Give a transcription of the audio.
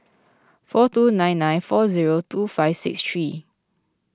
four two nine nine four zero two five six three